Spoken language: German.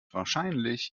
wahrscheinlich